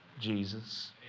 Jesus